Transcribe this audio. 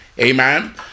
Amen